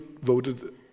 voted